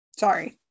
Sorry